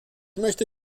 möchte